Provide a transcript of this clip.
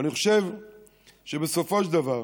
ואני חושב שבסופו של דבר,